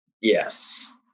Yes